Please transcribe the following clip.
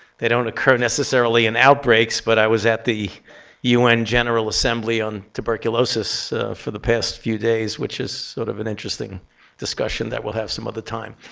they don't occur necessarily in outbreaks, but i was at the un general assembly on tuberculosis for the past few days which is sort of an interesting discussion that we'll have some other time.